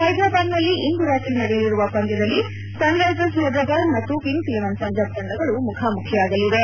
ಹೈದರಾಬಾದ್ನಲ್ಲಿ ಇಂದು ರಾತ್ರಿ ನಡೆಯಲಿರುವ ಪಂದ್ಯದಲ್ಲಿ ಸನ್ ರೈಸರ್ಸ್ ಹೈದಾರಾಬಾದ್ ಮತ್ತು ಕಿಂಗ್ಸ್ ಇಲೆವೆನ್ ಪಂಜಾಬ್ ತಂಡಗಳು ಮುಖಾಮುಖಿಯಾಗಲಿವೆ